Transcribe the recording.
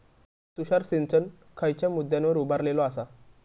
तुषार सिंचन खयच्या मुद्द्यांवर उभारलेलो आसा?